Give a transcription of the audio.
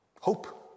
Hope